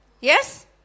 Yes